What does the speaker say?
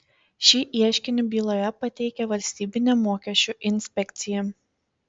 šį ieškinį byloje pateikė valstybinė mokesčių inspekcija